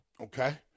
Okay